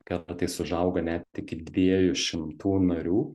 kartais užauga net iki dviejų šimtų narių